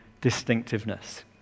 distinctiveness